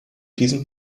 diesem